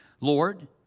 Lord